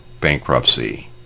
bankruptcy